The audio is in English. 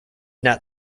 not